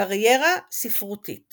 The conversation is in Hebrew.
קריירה ספרותית